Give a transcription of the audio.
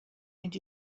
and